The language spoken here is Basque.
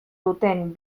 duten